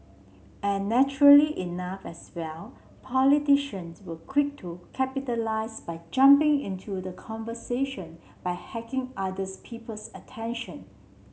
and naturally enough as well politicians were quick to capitalise by jumping into the conversation by hacking others people's attention